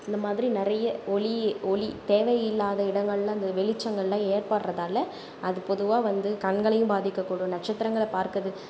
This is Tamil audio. இந்த மாதிரி நிறைய ஒளி ஒளி தேவை இல்லாத இடங்களில் அந்த வெளிச்சங்கல்லாம் ஏற்படுறதால அது பொதுவாக வந்து கண்களையும் பாதிக்கக் கூடும் நட்சத்திரங்களை பார்க்குது